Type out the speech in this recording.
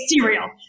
cereal